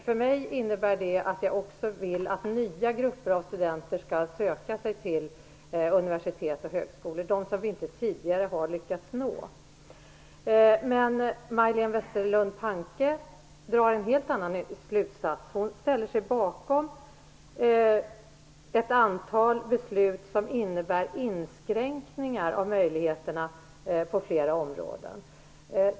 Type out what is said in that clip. För mig innebär det att jag också vill att nya grupper av studenter skall söka sig till universitet och högskolor, dvs. de som vi inte tidigare har lyckats nå. Men Majléne Westerlund Panke drar en helt annan slutsats. Hon ställer sig bakom ett antal beslut som innebär inskränkningar av möjligheterna på flera områden.